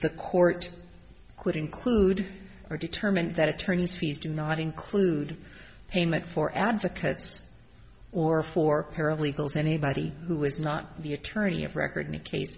the court could include or determined that attorney's fees do not include payment for advocates or for paralegals anybody who is not the attorney of record in a case